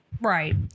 right